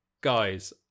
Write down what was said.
guys